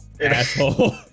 asshole